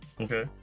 Okay